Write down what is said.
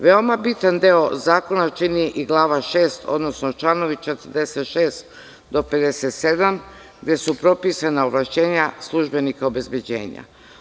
Veoma bitan deo zakona čini i glava šest, odnosno članovi 46. do 57. gde su propisana ovlašćenja službenika obezbeđenja.